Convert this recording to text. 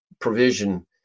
provision